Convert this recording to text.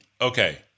Okay